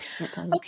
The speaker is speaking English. Okay